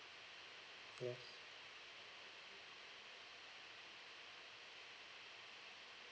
yes